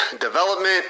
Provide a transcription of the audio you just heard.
development